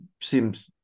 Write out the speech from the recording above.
seems